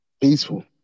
Peaceful